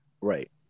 Right